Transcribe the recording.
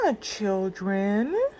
children